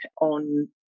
on